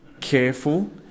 careful